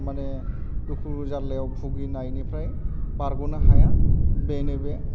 माने दुखु जारलायाव भुगिनायनिफ्राय बारग'नो हाया बेनो बे